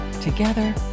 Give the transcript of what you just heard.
Together